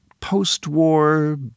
post-war